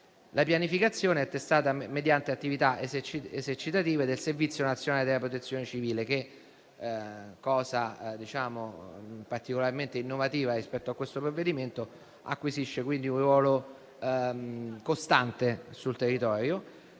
La pianificazione è testata mediante attività esercitative del Servizio nazionale della protezione civile che - elemento particolarmente innovativo di questo provvedimento - acquisisce un ruolo costante sul territorio.